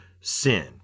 sin